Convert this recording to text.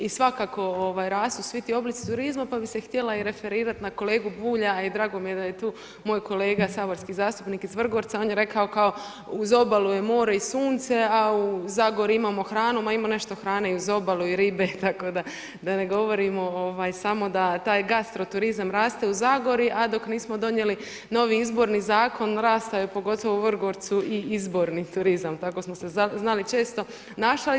I svakako rastu svi ti oblici turizma pa bi se i htjela referirati na kolegu Bulja i drago mi je da je tu moj kolega saborski zastupnik iz Vrgorca, on je rekao kao uz obalu je more i sunce a u zagori imamo hranu, ma imamo nešto hrane i uz obalu, ribe tako da ne govorimo samo da taj gastroturizam raste u zagori a dok nismo donijeli novi izborni zakon, raste pogotovo u Vrgorcu i izborni turizam, tako smo se znali često našaliti.